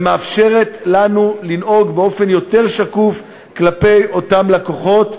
ומאפשרת לנו לנהוג באופן יותר שקוף כלפי אותם לקוחות.